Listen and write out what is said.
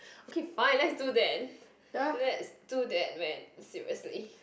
okay fine let's do that let's do that man seriously